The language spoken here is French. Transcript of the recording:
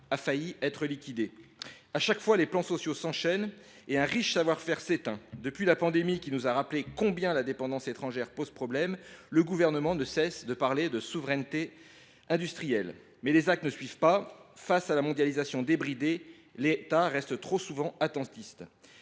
a failli être liquidé. À chaque fois, les plans sociaux s’enchaînent et un riche savoir faire s’éteint. Depuis la pandémie, qui nous a rappelé combien la dépendance à l’égard de pays étrangers posait problème, le Gouvernement ne cesse de parler de souveraineté industrielle, mais les actes ne suivent pas. Face à la mondialisation débridée, l’État reste trop souvent attentiste.